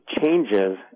changes